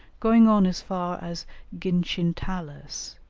going on as far as ginchintalas,